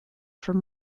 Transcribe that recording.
from